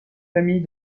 famille